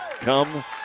come